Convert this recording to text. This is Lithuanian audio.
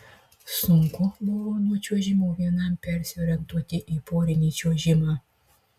sunku buvo nuo čiuožimo vienam persiorientuoti į porinį čiuožimą